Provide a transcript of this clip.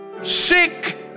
sick